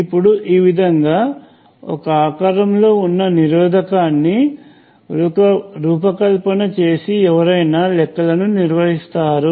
ఇప్పుడు ఈ విధంగా ఒక ఆకారం లో నిరోధకాన్ని రూపకల్పన చేసి ఎవరైనా లెక్కలను నిర్వహిస్తారు